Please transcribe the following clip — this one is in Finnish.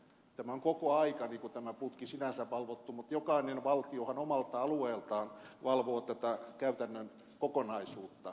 tämä on koko ajan tämä putki sinänsä valvottu mutta jokainen valtiohan omalta alueeltaan valvoo tätä käytännön kokonaisuutta